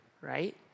Right